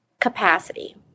capacity